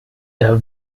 der